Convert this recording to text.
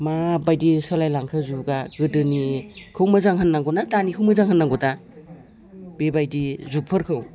माबायदि सोलायलांखो जुगा गोदोनिखौ मोजां होननांगौना दानिखौ मोजां होननांगौ दा बेबायदि जुगफोरखौ